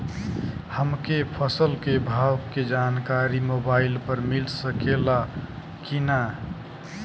हमके फसल के भाव के जानकारी मोबाइल पर मिल सकेला की ना?